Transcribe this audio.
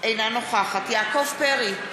אינה נוכחת יעקב פרי,